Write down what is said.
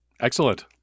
Excellent